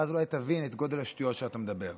ואז אולי תבין את גודל השטויות שאתה מדבר.